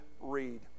read